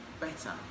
better